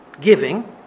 giving